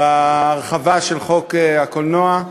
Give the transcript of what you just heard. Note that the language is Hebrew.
בהרחבה של חוק הקולנוע,